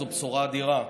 זו בשורה אדירה.